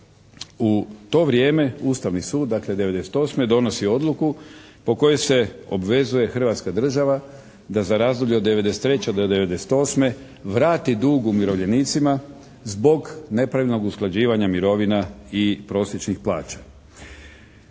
U to vrijeme Ustavni sud dakle 1998. donosi Odluku po kojoj se obvezuje Hrvatska država da za razdoblje od 1993. do 1998. vrati dug umirovljenicima zbog nepravednog usklađivanja mirovina i prosječnih plaća.